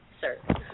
sir